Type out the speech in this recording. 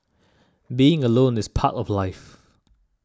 being alone is part of life